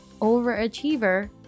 overachiever